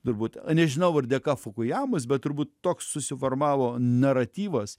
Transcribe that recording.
turbūt nežinau ar dėka fukujamos bet turbūt toks susiformavo naratyvas